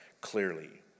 clearly